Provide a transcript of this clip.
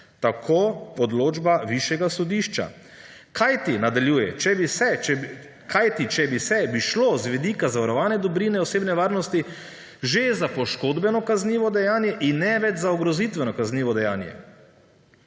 Tako odločba Višjega sodišča. »Kajti,« nadaljuje, »če bi se, bi šlo z vidika zavarovane dobrine osebne varnosti že za poškodbeno kaznivo dejanje in ne več za ogrozitveno kaznivo dejanje«.